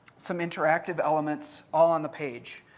some interactive elements all on the page.